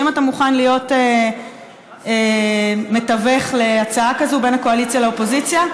האם אתה מוכן להיות מתווך בהצעה כזאת בין הקואליציה לאופוזיציה?